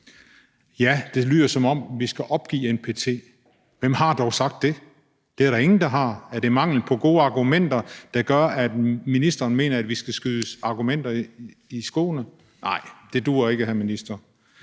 ja, det lyder, som om vi skal opgive NPT – hvem har dog sagt det? Det er der ingen der har. Er det mangel på gode argumenter, der gør, at ministeren mener, at vi skal skydes argumenter i skoene? Nej, det duer ikke, hr. minister.